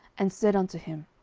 and said unto him,